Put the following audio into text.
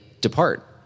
depart